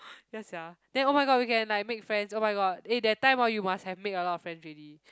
ya sia then oh-my-god we can like make friends oh-my-god eh that time orh you must have make a lot of friends already